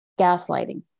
gaslighting